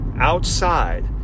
outside